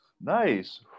Nice